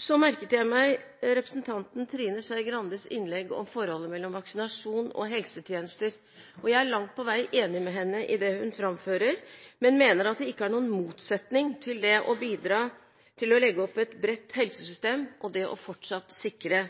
Så merket jeg meg representanten Trine Skei Grandes innlegg om forholdet mellom vaksinasjon og helsetjenester. Jeg er langt på vei enig med henne i det hun framfører, men mener at det ikke er noen motsetning mellom å bidra til å legge opp et bredt helsesystem og fortsatt å sikre